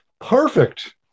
Perfect